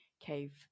Cave